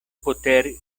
poter